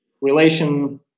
relation